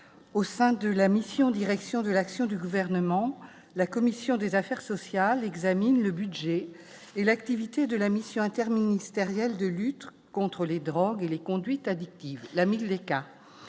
au sein de la mission Direction de l'action du gouvernement, la commission des affaires sociales examine le budget et l'activité de la Mission interministérielle de lutte contre les drogues et les conduites addictives cas